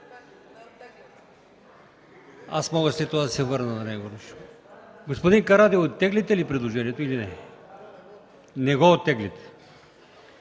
Аз мога след това да се върна на него. Господин Карадайъ, оттегляте ли предложението или не? Не го оттегляте.